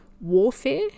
warfare